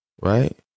Right